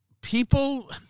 people